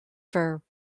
for